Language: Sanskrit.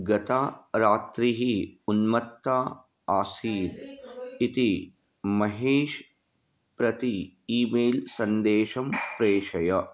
गतरात्रिः उन्मत्ता आसीत् इति महेशं प्रति ईमेल् सन्देशं प्रेषय